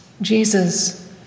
Jesus